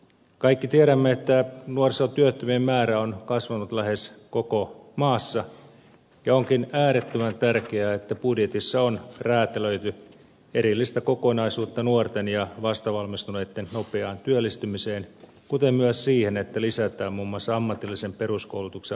kaikki tiedämme että nuorisotyöttömien määrä on kasvanut lähes koko maassa ja onkin äärettömän tärkeää että budjetissa on räätälöity erillistä kokonaisuutta nuorten ja vastavalmistuneitten nopeaan työllistymiseen kuten myös siihen että lisätään muun muassa ammatillisen peruskoulutuksen aloituspaikkoja